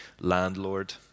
landlord